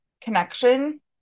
connection